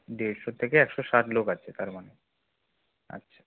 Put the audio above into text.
দেড়শো থেকে একশো ষাট লোক আছে তার মানে আচ্ছা